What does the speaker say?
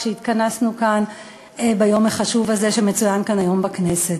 כשהתכנסנו כאן ביום החשוב הזה שמצוין כאן היום בכנסת.